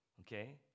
okay